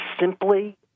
simply